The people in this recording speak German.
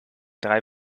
drei